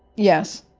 yes,